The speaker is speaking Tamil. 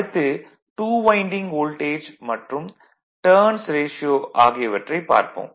அடுத்து 2 வைண்டிங் வோல்டேஜ் மற்றும் டர்ன்ஸ் ரேஷியோ ஆகியவற்றைப் பார்ப்போம்